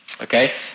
Okay